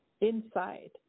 inside